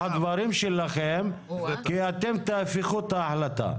הדברים שלכם אתם תהפכו את ההחלטה.